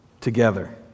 together